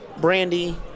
brandy